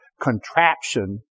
contraption